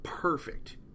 Perfect